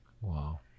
Wow